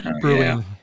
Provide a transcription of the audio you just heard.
Brewing